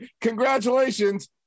Congratulations